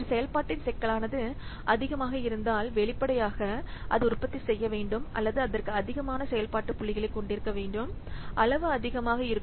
ஒரு செயல்பாட்டின் சிக்கலானது அதிகமாக இருந்தால் வெளிப்படையாக அது உற்பத்தி செய்ய வேண்டும் அல்லது அதற்கு அதிகமான செயல்பாட்டு புள்ளிகளைக் கொண்டிருக்க வேண்டும் அளவு அதிகமாக இருக்கும்